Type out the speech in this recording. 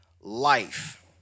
life